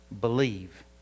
believe